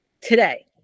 today